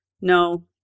No